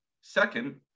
Second